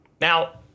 now